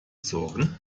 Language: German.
sorgen